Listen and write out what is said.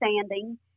standing